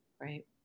right